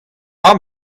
amañ